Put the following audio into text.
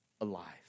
alive